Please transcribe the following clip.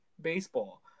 baseball